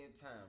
time